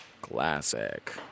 Classic